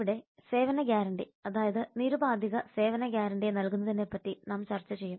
ഇവിടെ സേവന ഗ്യാരണ്ടി അതായത് നിരുപാധിക സേവന ഗ്യാരണ്ടി നല്കുന്നതിനെപ്പറ്റി നാം ചർച്ച ചെയ്യും